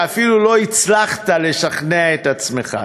שאפילו לא הצלחת לשכנע את עצמך,